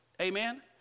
Amen